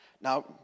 Now